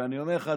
ואני אומר לך,